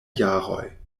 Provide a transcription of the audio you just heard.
jaroj